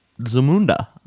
Zamunda